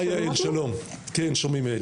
הי יעל שלום, כן שומעים.